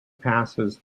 passes